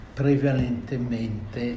prevalentemente